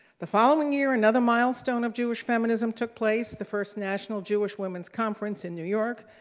the following year, another milestone of jewish feminism took place the first national jewish women's conference in new york,